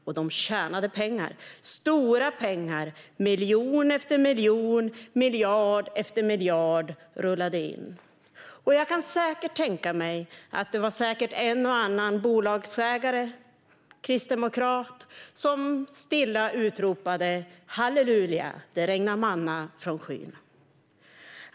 Och de tjänade stora pengar: Miljon efter miljon och miljard efter miljard rullade in. Jag kan tänka mig att det säkert var en och annan kristdemokratisk bolagsägare som stilla utropade halleluja - det regnar manna från skyn!